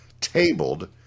tabled